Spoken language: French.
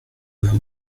veux